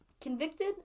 convicted